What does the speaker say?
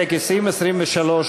סעיף תקציבי 23,